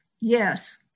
yes